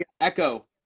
echo